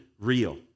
real